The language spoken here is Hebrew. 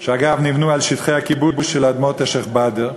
שאגב נבנו על שטחי הכיבוש של אדמות השיח' באדר,